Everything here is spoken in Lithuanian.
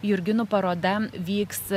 jurginų paroda vyks